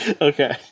Okay